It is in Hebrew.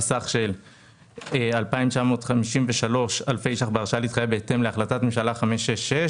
וסך של 2,953 אלפי שקלים בהרשאה להתחייב בהתאם להחלטת ממשלה 566,